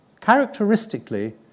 Characteristically